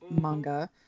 manga